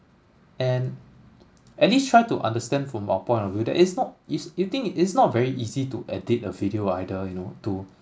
and at least try to understand from our point of view that it's not it's you think it's not very easy to edit a video either you know to